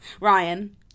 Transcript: Ryan